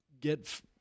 get